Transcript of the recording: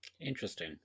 Interesting